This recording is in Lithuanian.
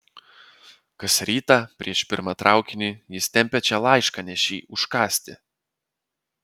kas rytą prieš pirmą traukinį jis tempia čia laiškanešį užkąsti